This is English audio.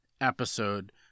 episode